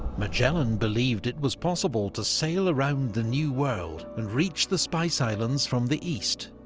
magellan believed it was possible to sail around the new world and reach the spice islands from the east.